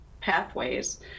pathways